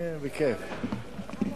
האם